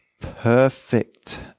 perfect